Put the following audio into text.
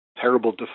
terrible